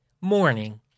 morning